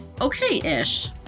okay-ish